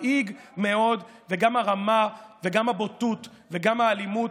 מדאיג מאוד, גם הרמה, גם הבוטות וגם האלימות.